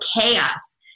chaos